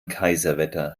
kaiserwetter